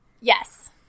yes